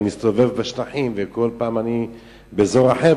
אני מסתובב בשטחים וכל פעם אני באזור אחר,